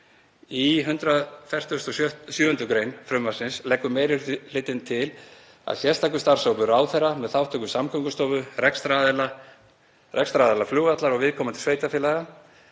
Í 147. gr. frumvarpsins leggur meiri hlutinn til að sérstakur starfshópur ráðherra, með þátttöku Samgöngustofu, rekstraraðila flugvallar og viðkomandi sveitarfélaga,